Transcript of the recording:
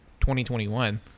2021